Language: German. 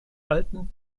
alten